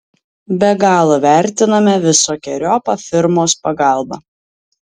be galo vertiname visokeriopą firmos pagalbą